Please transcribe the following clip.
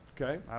Okay